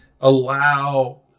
allow